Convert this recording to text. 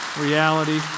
reality